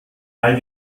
all